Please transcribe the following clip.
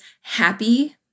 happy